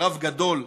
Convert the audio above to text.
רב גדול,